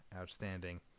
outstanding